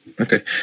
Okay